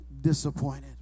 disappointed